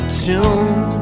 tune